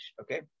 okay